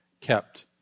kept